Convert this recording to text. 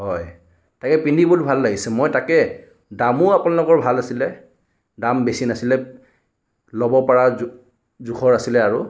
হয় তাকে পিন্ধি বহুত ভাল লাগিছে মই তাকে দামো আপোনালোকৰ ভাল আছিলে দাম বেছি নাছিলে ল'ব পৰা জোখৰ আছিলে আৰু